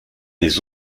des